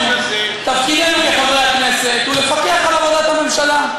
תפקידנו כחברי הכנסת הוא לפקח על עבודת הממשלה.